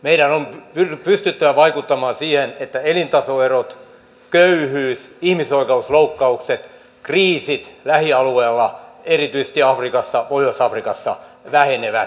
meidän on pystyttävä vaikuttamaan siihen että elintasoerot köyhyys ihmisoikeusloukkaukset kriisit lähialueilla erityisesti afrikassa pohjois afrikassa vähenevät